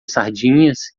sardinhas